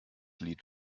lied